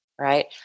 right